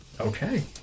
Okay